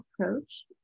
approach